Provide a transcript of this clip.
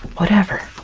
whatever!